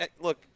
Look